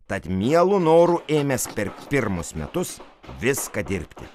tad mielu noru ėmės per pirmus metus viską dirbti